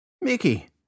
Mickey